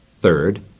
third